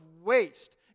waste